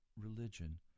religion